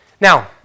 Now